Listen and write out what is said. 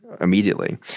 immediately